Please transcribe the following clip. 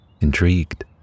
Intrigued